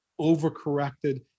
overcorrected